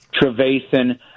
Trevathan